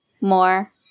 more